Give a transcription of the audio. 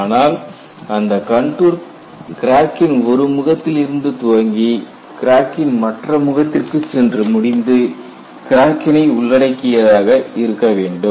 ஆனால் அந்த கண்டூர் கிராக்கின் ஒரு முகத்தில் இருந்து துவங்கி கிராக்கின் மற்ற முகத்திற்கு சென்று முடிந்து கிராக்கினை உள்ளடக்கியதாக இருக்க வேண்டும்